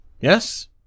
Yes